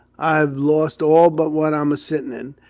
i've lost all but what i'm a-sittin' in,